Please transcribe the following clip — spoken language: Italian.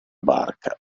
barca